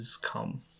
come